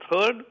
third